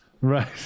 Right